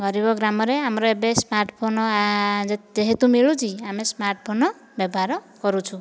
ଗରିବ ଗ୍ରାମରେ ଆମର ଏବେ ସ୍ମାର୍ଟ ଫୋନ ଯେହେତୁ ମିଳୁଛି ଆମେ ସ୍ମାର୍ଟ ଫୋନ ବ୍ୟବହାର କରୁଛୁ